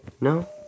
No